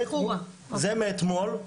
זה מאתמול,